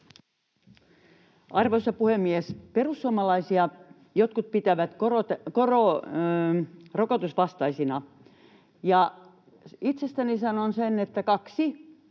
Arvoisa puhemies! Perussuomalaisia jotkut pitävät rokotusvastaisina. Itsestäni sanon sen, että kaksi